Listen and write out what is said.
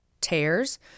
tears